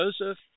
Joseph